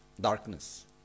Darkness